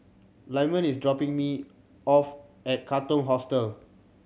Lyman is dropping me off at Katong Hostel